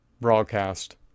broadcast